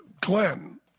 Glenn